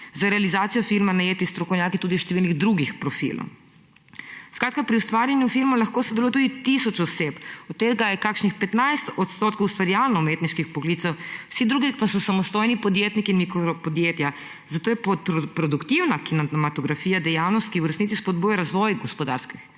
za realizacijo filma najeti strokovnjaki tudi številnih drugih profilov. Skratka, pri ustvarjanju filma lahko sodeluje tudi tisoč oseb, od tega je kakšnih 15 odstotkov ustvarjalno umetniških poklicev, vsi drugi pa so samostojni podjetniki in mikro podjetja, zato je produktivna kinematografija dejavnost, ki v resnici spodbuja razvoj gospodarskih